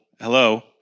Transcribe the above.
hello